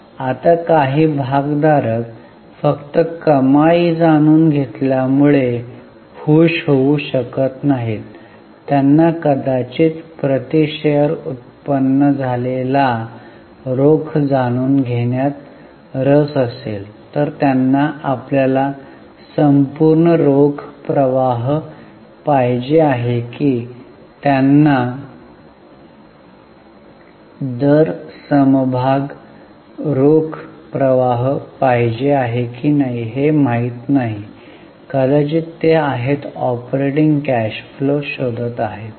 आता काही भागधारक फक्त कमाई जाणून घेतल्यामुळे खूष होऊ शकत नाहीत त्यांना कदाचित प्रति शेअर उत्पन्न झालेला रोख जाणून घेण्यात रस असेल तर त्यांना आपल्याला संपूर्ण रोख प्रवाह पाहिजे आहे की त्यांना दर समभाग रोख प्रवाह पाहिजे आहे की नाही हे माहित नाही कदाचित ते आहेत ऑपरेटिंग कॅश फ्लो शोधत आहात